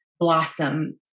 Blossom